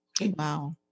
Wow